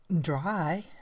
Dry